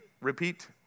repeat